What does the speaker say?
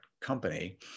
company